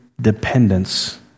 dependence